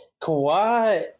Kawhi